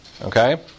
Okay